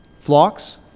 flocks